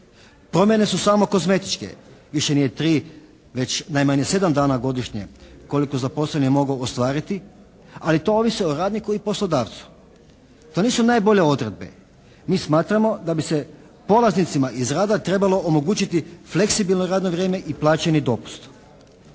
Promjene su samo kozmetičke. Više nije tri već najmanje sedam dana godišnje koliko zaposleni mogu ostvariti, ali to ovisi o radniku i poslodavcu. To nisu najbolje odredbe. Mi smatramo da bi se polaznicima iz rada trebalo omogućiti fleksibilno radno vrijeme i plaćeni dopust.